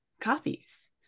copies